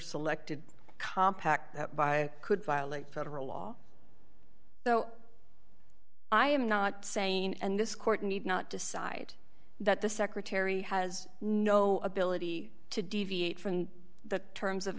selected compact that by could violate federal law so i am not saying and this court need not decide that the secretary has no ability to deviate from the terms of